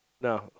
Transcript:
No